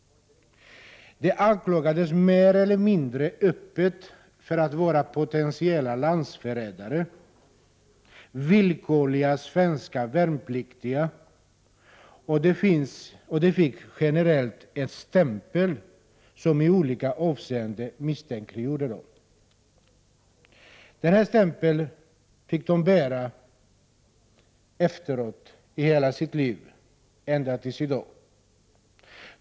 De anklagades mer eller mindre öppet för att vara potentiella landsförrädare, och generellt fick de en stämpel som i olika avseenden misstänkliggjorde dem. Denna stämpel fick de efteråt bära under hela sitt liv, ända fram till i dag.